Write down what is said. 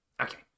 Okay